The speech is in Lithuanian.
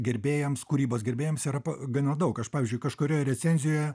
gerbėjams kūrybos gerbėjams yra gana daug aš pavyzdžiui kažkurioj recenzijoje